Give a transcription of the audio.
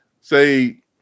Say